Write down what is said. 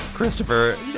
Christopher